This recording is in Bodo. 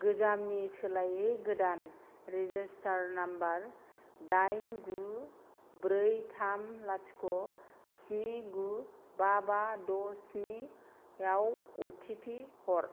गोजामनि सोलायै गोदान रेजिस्टार्ड नाम्बार दाइन गु ब्रै थाम लाथिख' स्नि गु बा बा द' स्नियाव अ टि पि हर